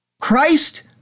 Christ